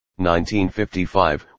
1955